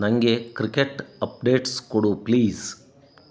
ನನಗೆ cricket updates ಕೊಡು please